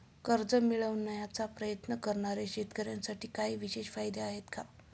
कर्ज मिळवण्याचा प्रयत्न करणाऱ्या शेतकऱ्यांसाठी काही विशेष फायदे आहेत का?